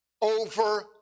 over